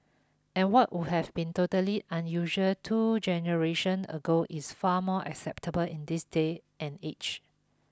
and what would have been totally unusual two generations ago is far more acceptable in this day and age